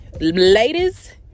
ladies